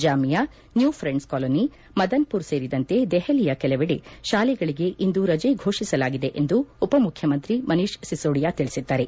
Jamia new friends colony Madanpur ಸೇರಿದಂತೆ ದೆಹಲಿಯ ಕೆಲವೆಡೆ ಶಾಲೆಗಳಿಗೆ ಇಂದು ರಜೆ ಫೋಷಿಸಲಾಗಿದೆ ಎಂದು ಉಪಮುಖ್ಯಮಂತ್ರಿ ಮನಿಷ್ ಸಿಸೋಡಿಯಾ ತಿಳಿಸಿದ್ದಾರೆ